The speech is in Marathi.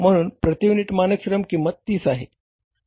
म्हणून प्रती युनिट मानक श्रम किंमत 30 आहे